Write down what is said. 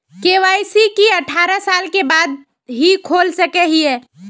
KYC की अठारह साल के बाद ही खोल सके हिये?